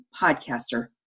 podcaster